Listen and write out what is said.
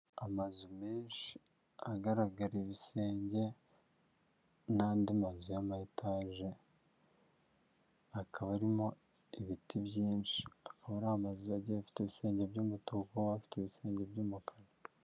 Amazu menshi agaragara ibisenge n'andi mazu ya amayetage, akaba arimo ibiti byinshi, akaba ari amazu agiye afite ibisenge by'umutuku, afite ibisenge by'umukara.